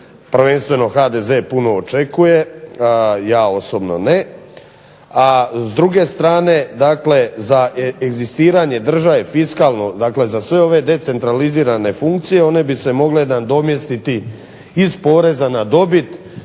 prvenstveno HDZ puno očekuje, ja osobno ne. A s druge strane dakle za egzistiranje države fiskalno, dakle za ove decentralizirane funkcije one bi se mogle nadomjestiti iz poreza na dobit,